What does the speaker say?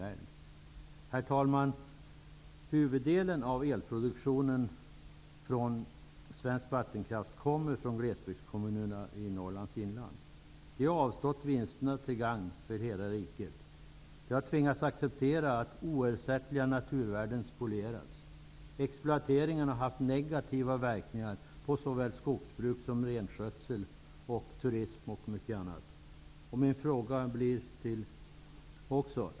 Herr talman! Huvuddelen av elproduktionen från svensk vattenkraft kommer från glesbygdskommunerna i Norrlands inland. De har avstått vinsterna till gagn för hela riket. De har tvingats acceptera att oersättliga naturvärden har spolierats. Exploateringen har haft negativa verkningar på skogsbruk, renskötsel, turism och mycket annat.